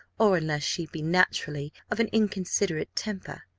or unless she be naturally of an inconsiderate temper,